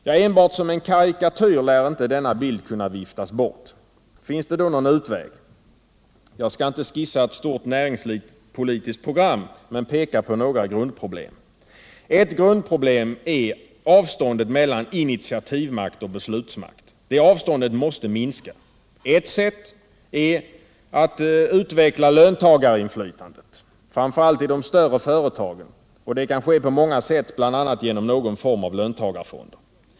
Ja, enbart som en karikatyr lär inte denna bild kunna viftas bort. Finns det då någon utväg? Jag skall inte skissera ett stort näringspolitiskt program men peka på några grundproblem. Ett grundproblem är avståndet mellan initiativmakt och beslutsmakt. Det avståndet måste minska. Ett sätt är att utveckla löntagarinflytandet, framför allt i de större företagen. Det kan ske på många sätt, bl.a. genom någon form av löntagarfonder.